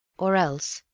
or else,